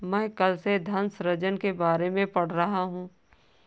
मैं कल से धन सृजन के बारे में पढ़ रहा हूँ